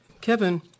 Kevin